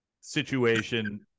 situation